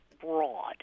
broad